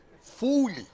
fully